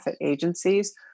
agencies